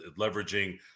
leveraging